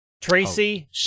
Tracy